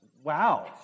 wow